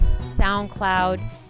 SoundCloud